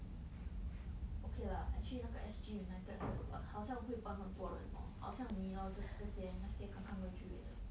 okay lah actually 那个 S_G united h~ 好像会帮很多人 lor 好像你 lor 这这些那些刚刚 graduate 的